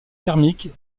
thermique